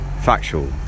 factual